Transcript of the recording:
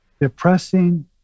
depressing